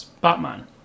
Batman